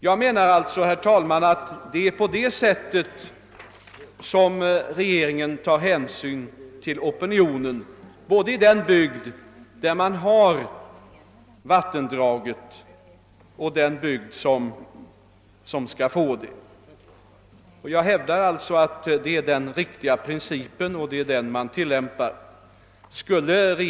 Jag anser alltså, herr talman, att det är på det sättet regeringen skall ta hänsyn till opinionen, både i den bygd där vattendraget finns och i den bygd som skall ta emot vattnet. Jag hävdar att det är en riktig princip som tillämpats.